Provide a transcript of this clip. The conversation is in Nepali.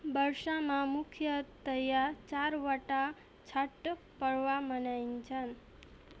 वर्षमा मुख्यतया चारवटा छठ पर्व मनाइन्छ